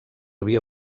via